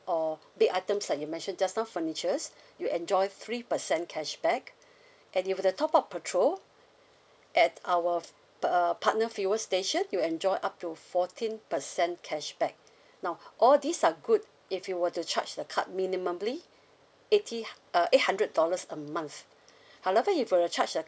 or big items like you mentioned just now furnitures you enjoy three percent cashback and if you were to top up petrol at our f~ err partner fuel station you will enjoy up to fourteen percent cashback now all these are good if you were to charge the card minimally eighty uh eight hundred dollars a month however if you were to charge the